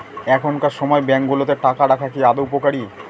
এখনকার সময় ব্যাঙ্কগুলোতে টাকা রাখা কি আদৌ উপকারী?